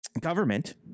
government